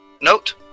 Note